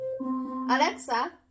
Alexa